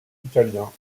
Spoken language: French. italien